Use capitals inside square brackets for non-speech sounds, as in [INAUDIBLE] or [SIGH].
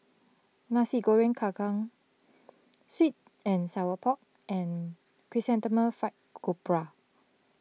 Nasi Goreng Kerang Sweet and Sour Pork and Chrysanthemum Fried [UNINTELLIGIBLE]